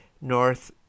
north